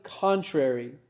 contrary